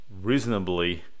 reasonably